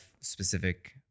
specific